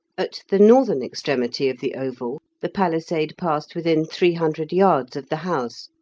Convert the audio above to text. at the northern extremity of the oval the palisade passed within three hundred yards of the house,